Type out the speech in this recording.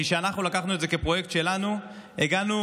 כי כשאנחנו לקחנו את זה כפרויקט שלנו הגענו